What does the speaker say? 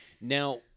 Now